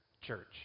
church